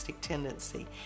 tendency